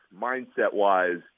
mindset-wise